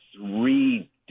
three